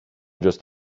just